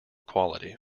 quality